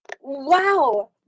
Wow